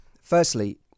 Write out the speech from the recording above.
firstly